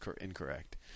incorrect